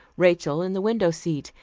rachel in the window seat,